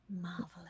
Marvelous